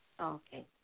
Okay